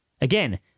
Again